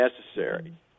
necessary